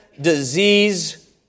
disease